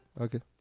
Okay